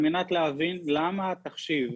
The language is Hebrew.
על מנת להבין למה התחשיב,